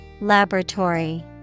Laboratory